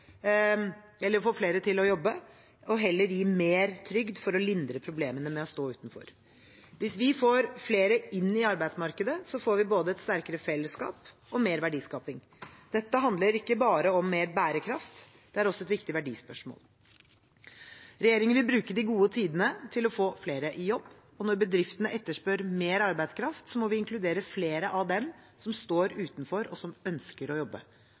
til å jobbe og heller gi mer trygd for å lindre problemene med å stå utenfor. Hvis vi får flere inn i arbeidsmarkedet, får vi både et sterkere fellesskap og mer verdiskaping. Dette handler ikke bare om større bærekraft, det er også et viktig verdispørsmål. Regjeringen vil bruke de gode tidene til å få flere i jobb. Når bedriftene etterspør mer arbeidskraft, må vi inkludere flere av dem som står utenfor, og som ønsker å jobbe.